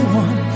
one